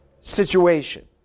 situation